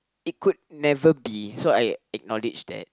it could never be so I acknowledge that